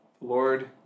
Lord